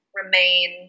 remain